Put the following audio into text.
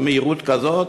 במהירות כזאת,